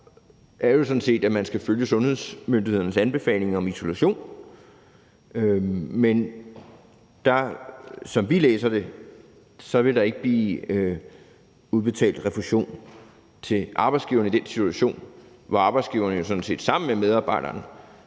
det jo sådan set sådan, at man skal følge sundhedsmyndighedernes anbefalinger om isolation. Men som vi læser det, vil der ikke blive udbetalt refusion til arbejdsgiveren i den situation, hvor arbejdsgiveren jo sådan set sammen med medarbejderen